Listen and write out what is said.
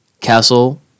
Castle